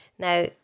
Now